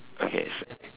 okay so